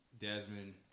Desmond